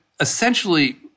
essentially